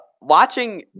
watching